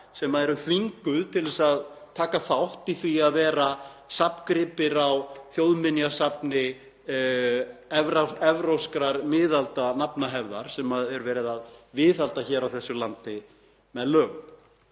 sem erum þvinguð til að taka þátt í því að vera safngripir á þjóðminjasafni evrópskrar miðaldanafnahefðar sem verið er að viðhalda á þessu landi með lögum.